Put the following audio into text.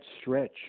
stretch